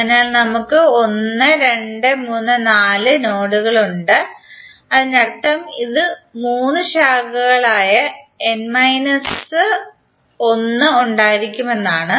അതിനാൽ നമുക്ക് 1234 നോഡുകൾ ഉണ്ട് അതിനർത്ഥം ഇതിന് മൂന്ന് ശാഖകളായ n മൈനസ് ഒന്ന് ഉണ്ടായിരിക്കുമെന്നാണ്